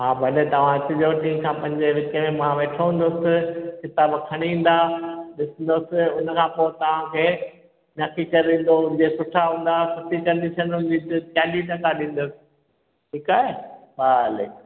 हा भले तव्हां अचिजो टीं खां पंजें जे विच में मां वेठो हुंदुसि किताब खणी ईंदा ॾिसंदुसि उनखां पोइ तव्हांखे नकी करे ॾींदो जे सुठा हूंदा सुठी कंडिशन हूंदी त चालीह टका ॾींदुसि ठीकु आहे हा हले